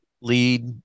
lead